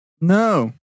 No